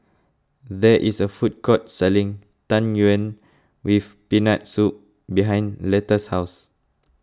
there is a food court selling Tang Yuen with Peanut Soup behind Letta's house